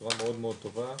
בצורה מאוד מאוד טובה.